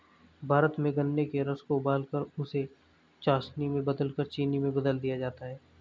भारत में गन्ने के रस को उबालकर उसे चासनी में बदलकर चीनी में बदल दिया जाता है